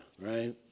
right